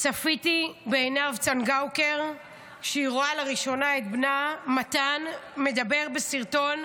צפיתי בעינב צנגאוקר כשהיא רואה לראשונה את בנה מתן מדבר בסרטון,